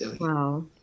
wow